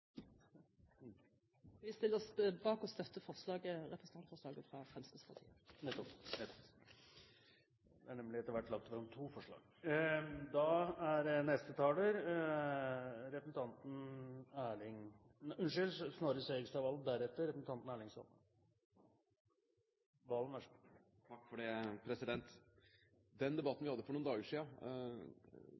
Vi stiller oss bak og støtter representantforslaget fra Fremskrittspartiet. Nettopp – det er nemlig etter hvert lagt fram to forslag. Den debatten vi hadde for noen dager